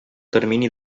termini